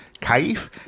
Kaif